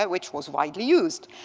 ah which was widely used.